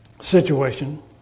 situation